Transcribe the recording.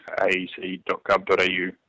aec.gov.au